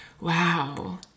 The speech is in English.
wow